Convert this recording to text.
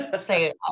say